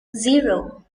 zero